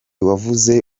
wavuze